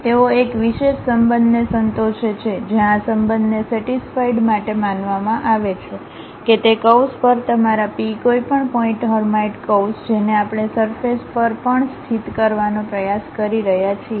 તેઓ એક વિશેષ સંબંધને સંતોષે છે જ્યાં આ સંબંધને સેટિસ્ફાઇડ માટે માનવામાં આવે છે કે તે કર્વ્સ પર તમારા p કોઈપણ પોઇન્ટ હર્માઇટ કર્વ્સ જેને આપણે સરફેસ પર પણ સ્થિત કરવાનો પ્રયાસ કરી રહ્યા છીએ